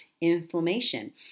inflammation